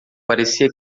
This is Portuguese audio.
parecia